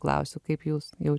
klausiu kaip jūs jau